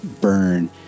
burn